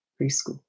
preschool